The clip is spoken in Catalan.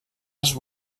als